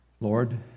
Lord